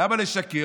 למה לשקר?